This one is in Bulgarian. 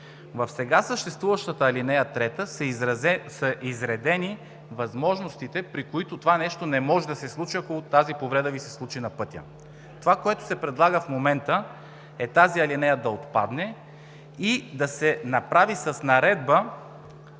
В сега съществуващата ал. 3 са изредени възможностите, при които това нещо не може да се случи, ако тази повреда Ви се случи на пътя. Това, което се предлага в момента, е тази алинея да отпадне и да се направи с наредба